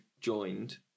joined